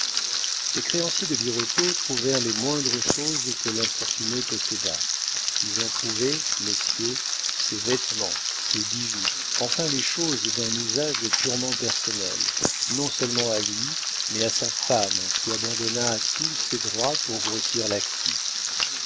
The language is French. les créanciers de birotteau trouvèrent les moindres choses que l'infortuné possédât ils ont trouvé messieurs ses vêtements ses bijoux enfin les choses d'un usage purement personnel non-seulement à lui mais à sa femme qui abandonna tous ses droits pour grossir l'actif